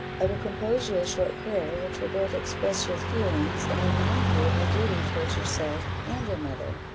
i will compose you a short prayer, which will both express your feelings, and remind you of your duty towards yourself and your mother.